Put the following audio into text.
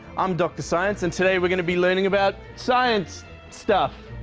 i'm dr science, and today we're going to be learning about. science stuff.